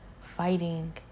fighting